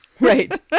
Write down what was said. Right